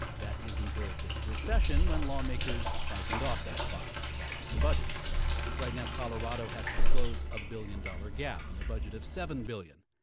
that is, until this recession, when lawmakers siphoned off that fund to balance the budget right now, colorado has to close one ah billion dollars gap in a budget of seven billion